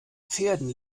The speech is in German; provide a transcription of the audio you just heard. pferden